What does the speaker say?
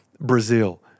Brazil